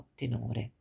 tenore